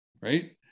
Right